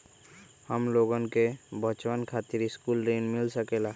हमलोगन के बचवन खातीर सकलू ऋण मिल सकेला?